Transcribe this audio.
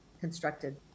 constructed